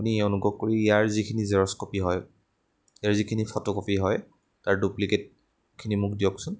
আপুনি অনুগ্ৰহ কৰি ইয়াৰ যিখিনি জেৰক্স কপী হয় ইয়াৰ যিখিনি ফটোকপী হয় তাৰ ডুপ্লিকেটখিনি মোক দিয়কচোন